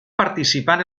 participar